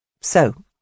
So